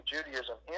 Judaism